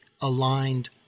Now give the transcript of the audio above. aligned